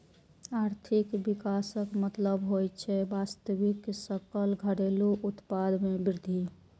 आर्थिक विकासक मतलब होइ छै वास्तविक सकल घरेलू उत्पाद मे वृद्धि